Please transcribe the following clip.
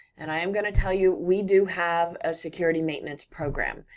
and i am gonna tell you, we do have a security maintenance program,